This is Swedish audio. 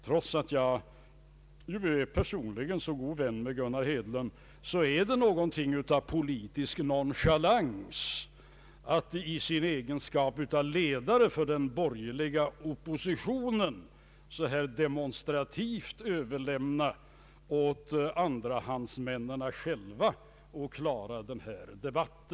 Trots att jag personligen är mycket god vän med Gunnar Hedlund vill jag säga att det är något av politisk nonchalans att en ledare för den borgerliga oppositionen «demonstrativt överlämnar åt andrahandsmännen att klara denna debatt.